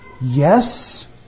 yes